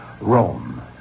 Rome